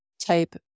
type